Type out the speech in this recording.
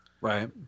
Right